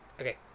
Okay